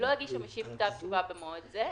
לא הגיש המשיב כתב תשובה במועד זה,